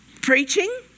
preaching